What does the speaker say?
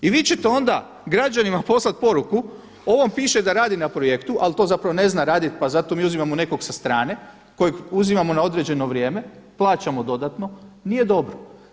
I vi ćete onda građanima poslati poruku ovom piše da radi na projektu, ali to zapravo ne zna raditi pa zato mi uzimamo nekog sa strane kojeg uzimamo na određeno vrijeme, plaćamo dodatno nije dobro.